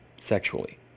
sexually